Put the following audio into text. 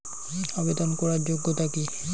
আবেদন করার যোগ্যতা কি?